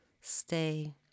stay